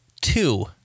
two